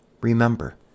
Remember